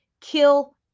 kill